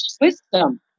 wisdom